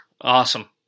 Awesome